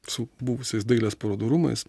su buvusiais dailės parodų rūmais